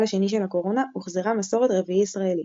השני של הקורונה הוחזרה מסורת "רביעי ישראלי".